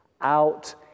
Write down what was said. out